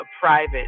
private